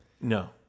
No